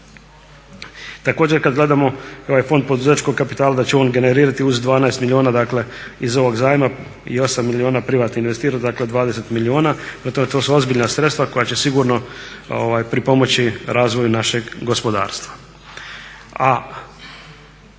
Također kada gledamo i ovaj fond poduzetničkog kapitala da će on generirati uz 12 milijuna dakle iz ovog zajma i 8 milijuna privatnom investitoru, dakle 20 milijuna. Prema tome to su ozbiljna sredstva koja će sigurno pripomoći razvoju našeg gospodarstva.